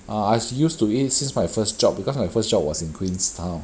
ah i~ I used to eat since my first job because my first job was in queenstown